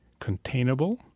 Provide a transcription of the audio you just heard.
containable